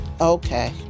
Okay